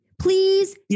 Please